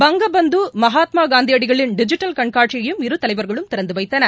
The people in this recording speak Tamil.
பங்க பந்து மகாத்மா காந்தியடிகளின் டிஜிட்டல் கண்காட்சியையும் இரு தலைவர்களும் திறந்து வைத்தனர்